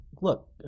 look